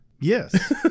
Yes